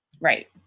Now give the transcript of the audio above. Right